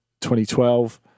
2012